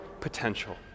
potential